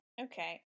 Okay